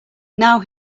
now